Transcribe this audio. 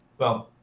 well,